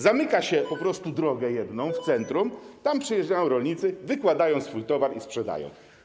Zamyka się po prostu jedną drogę w centrum, tam przyjeżdżają rolnicy, wykładają swój towar i sprzedają.